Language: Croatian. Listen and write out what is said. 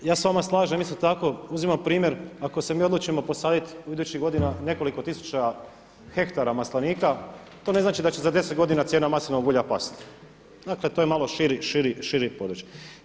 s vama slažem isto tako uzmimo primjer ako se mi odlučimo posaditi idućih godina nekoliko tisuća hektara maslinika to ne znači da će za deset godina cijena maslinovog ulja pasti, dakle to je malo šire područje.